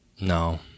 No